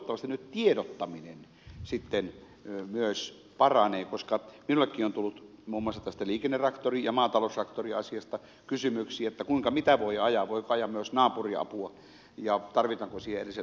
toivottavasti nyt tiedottaminen sitten myös paranee koska minullekin on tullut muun muassa tästä liikennetraktori ja maataloustraktoriasiasta kysymyksiä että mitä voi ajaa voiko ajaa myös naapuriapua ja tarvitaanko siihen erilliset luvat